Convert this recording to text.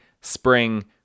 spring